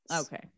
Okay